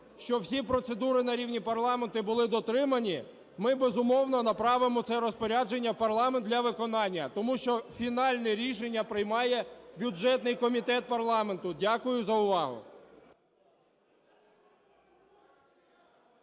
що всі процедури на рівні парламенту були дотримані, ми, безумовно, направимо це розпорядження у парламент для виконання, тому що фінальне рішення приймає бюджетний комітет парламенту. Дякую за увагу.